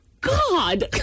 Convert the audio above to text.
God